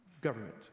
Government